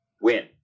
win